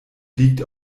liegt